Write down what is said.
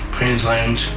Queensland